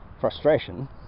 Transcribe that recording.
frustration